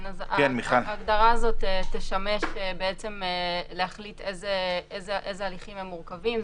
ההגדרה הזאת תשמש להחליט איזה הליכים הם מורכבים.